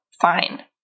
fine